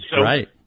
Right